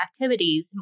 activities